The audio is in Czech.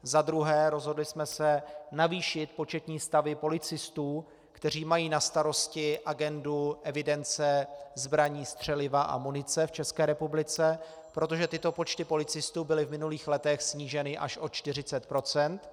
Za druhé, rozhodli jsme se navýšit početní stavy policistů, kteří mají na starosti agendu evidence zbraní, střeliva a munice v České republice, protože tyto počty policistů byly v minulých letech sníženy až o 40 %.